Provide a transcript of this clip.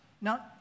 Now